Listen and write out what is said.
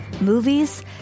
movies